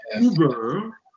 Uber